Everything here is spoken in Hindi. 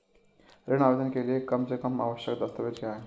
ऋण आवेदन के लिए कम से कम आवश्यक दस्तावेज़ क्या हैं?